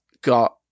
got